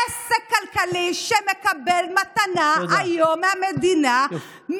עסק כלכלי שמקבל מתנה היום מהמדינה,